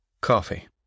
Coffee